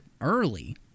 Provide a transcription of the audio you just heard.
early